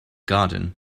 garden